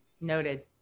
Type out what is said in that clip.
Noted